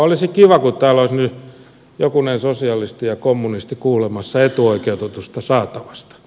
olisi kiva jos täällä olisi nyt jokunen sosialisti ja kommunisti kuulemassa etuoikeutetusta saatavasta